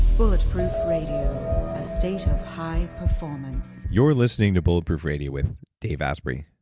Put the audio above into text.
bulletproof radio, a state of high performance you're listening to bulletproof radio with dave asprey.